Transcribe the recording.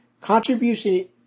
contribution